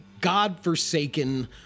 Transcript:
godforsaken